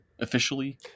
Officially